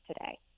today